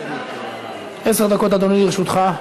עשר דקות, אדוני, לרשותך.